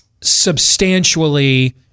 substantially